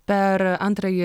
per antrąjį